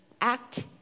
act